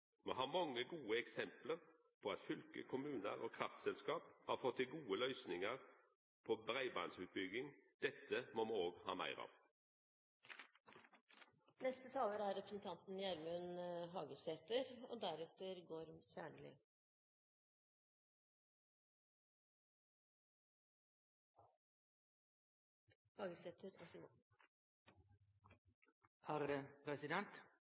Me har mange gode eksempel på at fylke, kommunar og kraftselskap har fått til gode løysingar på breibandsutbygging. Dette må me òg ha meir av. Kommune-Noreg har dei siste åra hatt ein veldig sterk befolkningsvekst. No er